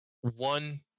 one